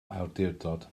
awdurdod